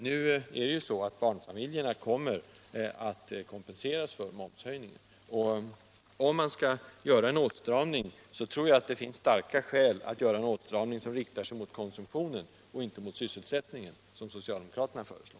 Nu kommer barnfamiljerna att kompenseras för momshöjningen. Om man skall göra en åtstramning tror jag att det finns starka skäl att rikta den mot konsumtionen och inte mot sysselsättningen, som socialdemokraterna föreslår.